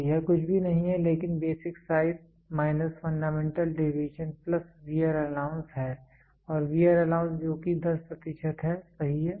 तो यह कुछ भी नहीं है लेकिन basic size minus fundamental deviation plus wear allowance है वेयर अलाउंस जो कि 10 प्रतिशत है सही है